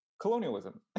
colonialism